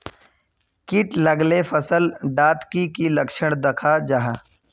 किट लगाले फसल डात की की लक्षण दखा जहा?